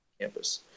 campus